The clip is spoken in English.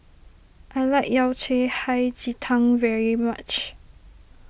I like Yao Cai Hei Ji Tang very much